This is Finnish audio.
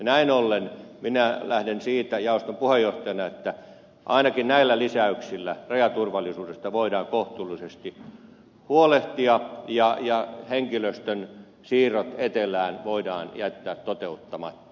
näin ollen minä lähden siitä jaoston puheenjohtajana että ainakin näillä lisäyksillä rajaturvallisuudesta voidaan kohtuullisesti huolehtia ja henkilöstön siirrot etelään voidaan jättää toteuttamatta